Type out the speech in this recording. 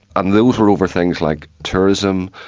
and those were over things like tourism,